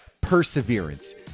perseverance